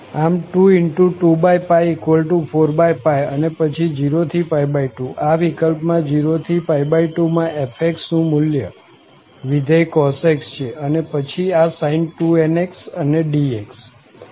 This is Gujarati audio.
આમ 2×24 અને પછી 0 થી 2 આ વિકલ્પમાં 0 થી 2 માં f નું મુલ્ય વિધેય cos x છે અને પછી આ sin 2nx અને dx